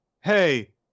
hey